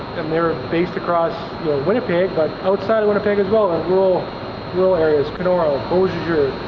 and they're based across winnipeg but outside winnipeg as well a rural rural areas kenora, beausejour,